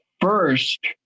first